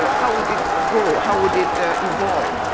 how would it grow, how would it evolve?